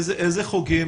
איזה חוגים?